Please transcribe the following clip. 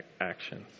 actions